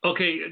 Okay